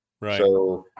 Right